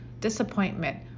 disappointment